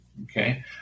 Okay